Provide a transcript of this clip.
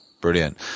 Brilliant